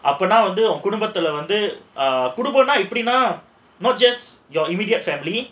அப்போனா வந்து குடும்பத்துல வந்து குடும்பம்னா எப்படின்னா:apponaa vandhu kudumbathula vandhu kudumbamnaa epdinaa ah not just your immediate family